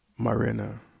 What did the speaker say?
marina